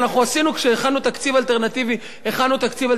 כשהכנו תקציב אלטרנטיבי למשרדים,